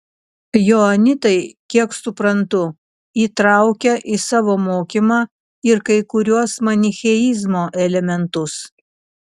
joanitai kiek suprantu įtraukia į savo mokymą ir kai kuriuos manicheizmo elementus